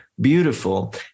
beautiful